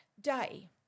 day